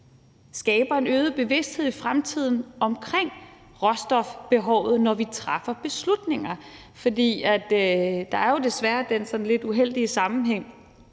skaber en øget bevidsthed i fremtiden omkring råstofbehovet, når vi træffer beslutninger. For der er jo desværre den sådan lidt uheldige sammenhæng,